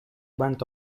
went